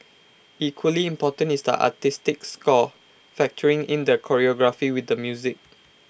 equally important is the artistic score factoring in the choreography with the music